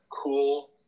cool